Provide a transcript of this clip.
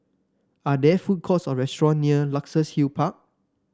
are there food courts or restaurant near Luxus Hill Park